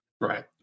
Right